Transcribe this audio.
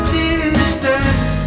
distance